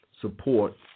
support